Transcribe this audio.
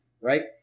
right